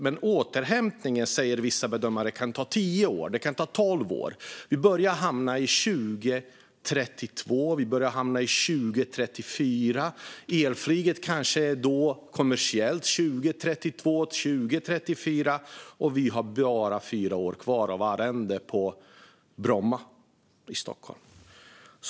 Men återhämtningen, säger vissa bedömare, kan ta tio år eller tolv år. Vi börjar hamna i 2032; vi börjar hamna i 2034. Elflyget kanske är kommersiellt 2032 eller 2034, och vi har då bara fyra år kvar av arrendet på Bromma i Stockholm.